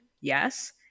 Yes